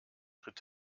tritt